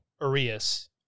Arias